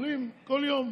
עולים כל יום.